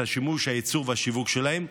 הייצור והשיווק שלהם,